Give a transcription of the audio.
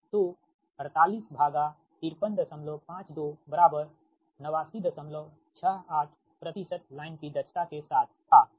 तो 485352 बराबर 8968 प्रतिशत लाइन की दक्षता के साथ था ठीक